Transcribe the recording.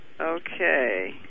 Okay